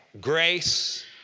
grace